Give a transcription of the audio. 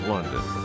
London